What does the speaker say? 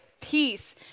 peace